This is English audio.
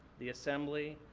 the assembly,